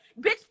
bitch